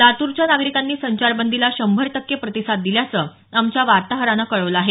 लातूरच्या नागरिकांनी संचार बंदीला शंभर टक्के प्रतिसाद दिल्याचं आमच्या वार्ताहरानं कळवलं आहे